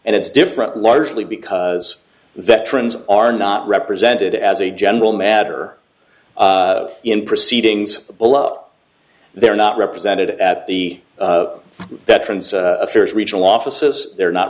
and it's different largely because veterans are not represented as a general matter in proceedings oh they're not represented at the veterans affairs regional offices they're not